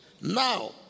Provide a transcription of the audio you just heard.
Now